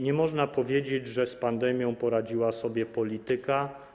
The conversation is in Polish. Nie można powiedzieć, że z pandemią poradziła sobie polityka.